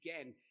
again